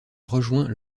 rejoint